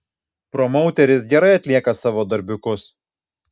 promauteris gerai atlieka savo darbiukus